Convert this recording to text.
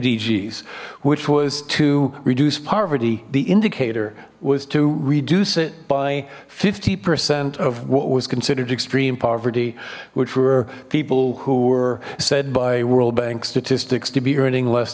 s which was to reduce poverty the indicator was to reduce it by fifty percent of what was considered extreme poverty which were people who were said by world bank statistics to be earning less